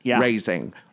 raising